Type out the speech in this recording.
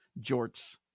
Jorts